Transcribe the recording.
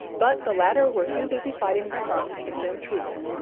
but the latter were too busy fighting the huns to send troops,